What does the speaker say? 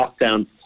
lockdown